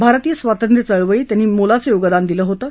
भारतीय स्वातंत्र्य चळवळीत त्यांनी मोलाचं योगदान दिलं होतं